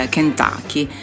Kentucky